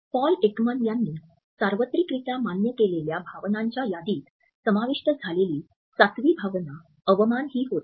Paul Ekman यांनी सार्वत्रिकरित्या मान्य केलेल्या भावनांच्या यादीत समाविष्ट झालेली सातवी भावना 'अवमान' ही होती